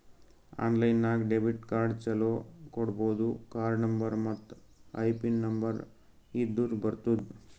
online ನಾಗ್ debit card ಚಾಲೂ ಮಾಡ್ಕೋಬೋದು ಕಾರ್ಡ ನಂಬರ್ ಮತ್ತ್ ಐಪಿನ್ ನಂಬರ್ ಇದ್ದುರ್ ಬರ್ತುದ್